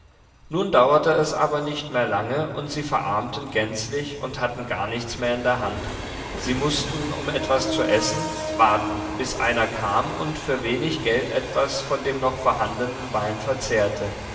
nun dauerte es aber nicht mehr lange und sie verarmten gänzlich und hatten gar nichts mehr in der hand sie mußten um etwas zu essen warten bis einer kam und für wenig geld etwas von dem noch vorhandenen wein verzehrte